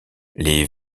les